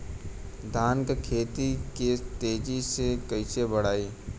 धान क खेती के तेजी से कइसे बढ़ाई?